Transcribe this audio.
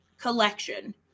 collection